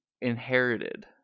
inherited